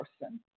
person